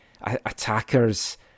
attackers